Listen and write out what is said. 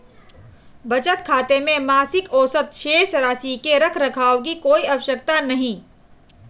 बचत खाते में मासिक औसत शेष राशि के रख रखाव की कोई आवश्यकता नहीं